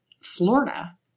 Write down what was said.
Florida